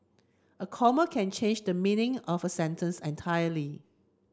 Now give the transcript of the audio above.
a comma can change the meaning of a sentence entirely